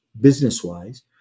business-wise